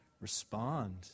respond